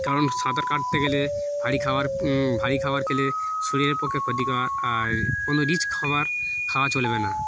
কারণ সাঁতার কাটতে গেলে ভারী খাবার ভারী খাবার খেলে শরীরের পক্ষে ক্ষতিকর আর কোনো রিচ খাবার খাওয়া চলবে না